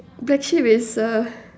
black sheep is uh